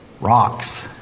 Rocks